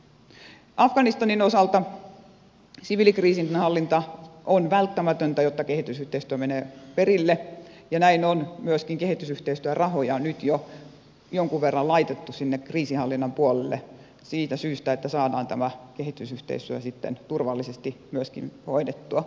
afganistanin osalta siviilikriisinhallinta on välttämätöntä jotta kehitysyhteistyö menee perille ja näin on myöskin kehitysyhteistyörahoja nyt jo jonkun verran laitettu sinne kriisinhallinnan puolelle siitä syystä että saadaan tämä kehitysyhteistyö sitten turvallisesti myöskin hoidettua